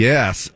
Yes